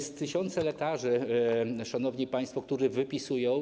Są tysiące lekarzy, szanowni państwo, którzy wypisują.